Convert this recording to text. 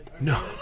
no